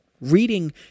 Reading